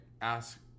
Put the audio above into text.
ask